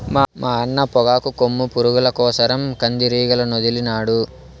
మా అన్న పొగాకు కొమ్ము పురుగుల కోసరం కందిరీగలనొదిలినాడు